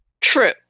True